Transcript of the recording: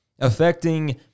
affecting